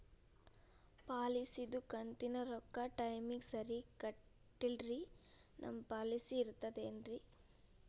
ಪಾಲಿಸಿದು ಕಂತಿನ ರೊಕ್ಕ ಟೈಮಿಗ್ ಸರಿಗೆ ಕಟ್ಟಿಲ್ರಿ ನಮ್ ಪಾಲಿಸಿ ಇರ್ತದ ಏನ್ರಿ?